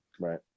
right